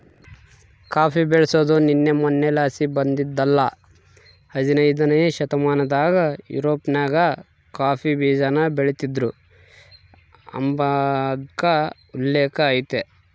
coffee ಬೆಳ್ಸಾದು ನಿನ್ನೆ ಮನ್ನೆಲಾಸಿ ಬಂದಿದ್ದಲ್ಲ ಹದನೈದ್ನೆ ಶತಮಾನದಾಗ ಯುರೋಪ್ನಾಗ ಕಾಫಿ ಬೀಜಾನ ಬೆಳಿತೀದ್ರು ಅಂಬಾದ್ಕ ಉಲ್ಲೇಕ ಐತೆ